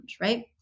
Right